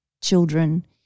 children